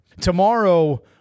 Tomorrow